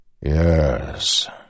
Yes